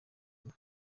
guma